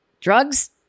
Drugs